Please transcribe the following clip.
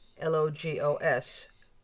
L-O-G-O-S